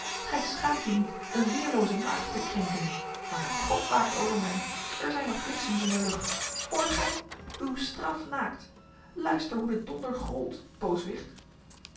gij schaamt u niet een weerloze maagd te krenken maar god waakt over mij er zijn nog bliksems in de lucht hoort gij uw straf naakt luister hoe de donder grolt